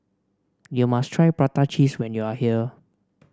you must try Prata Cheese when you are here